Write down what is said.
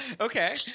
Okay